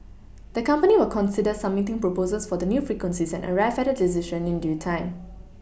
the company will consider submitting proposals for the new frequencies and arrive at a decision in due time